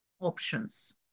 options